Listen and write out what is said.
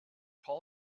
call